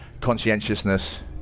conscientiousness